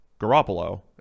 Garoppolo